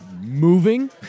moving